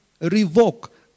revoke